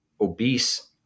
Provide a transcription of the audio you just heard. obese